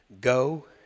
go